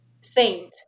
Saint